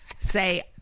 say